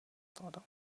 todo